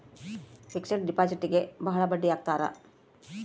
fixed ಡಿಪಾಸಿಟ್ಗೆ ಭಾಳ ಬಡ್ಡಿ ಹಾಕ್ತರ